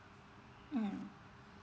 mm